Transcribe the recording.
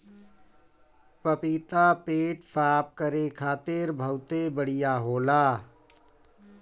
पपीता पेट साफ़ करे खातिर बहुते बढ़िया होला